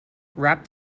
wrapped